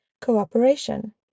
Cooperation